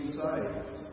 saved